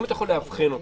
אם אתה יכול לאבחן אותו,